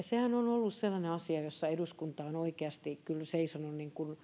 sehän on ollut sellainen asia jossa eduskunta on oikeasti kyllä seisonut